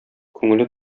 күңеле